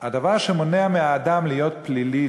הדבר שמונע מהאדם להיות פלילי,